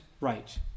right